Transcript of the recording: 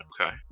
Okay